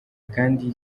kandi